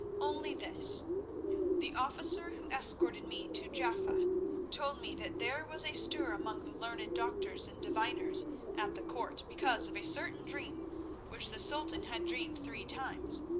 only this the officer who escorted me to jaffa told me that there was a stir among the learned doctors and diviners at the court because of a certain dream which the sultan had dreamed three times.